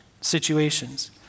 situations